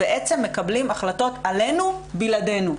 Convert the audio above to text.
מקבלים החלטות עלינו בלעדינו.